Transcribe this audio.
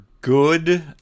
good